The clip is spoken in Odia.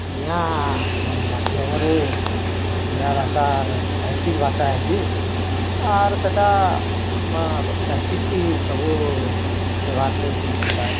ଆଜ୍ଞା ଗଣମାଧ୍ୟମରେ ଓଡିଆ ଭାଷା ସାହିତିକ୍ ଭାଷା ହେସି ଆର୍ ସେଟା ମାଲୋ ସାହିତିକ୍ କି ସବୁ ବ୍ୟବହାର କରିଛନ୍ତି୍ ଯେନ୍ତା